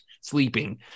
sleeping